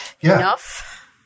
enough